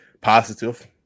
positive